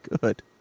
good